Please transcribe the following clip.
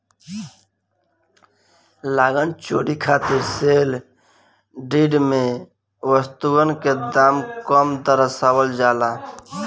लगान चोरी खातिर सेल डीड में वस्तुअन के दाम कम दरसावल जाइल जाला